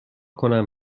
کنم